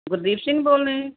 ਗੁਰਦੀਪ ਸਿੰਘ ਬੋਲ ਰਹੇ